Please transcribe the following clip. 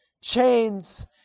chains